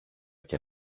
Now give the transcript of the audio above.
και